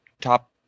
top